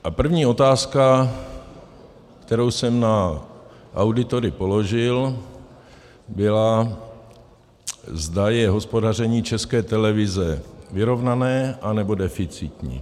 A první otázka, kterou jsem na auditory položil, byla, zda je hospodaření České televize vyrovnané, nebo deficitní.